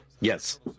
Yes